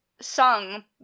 sung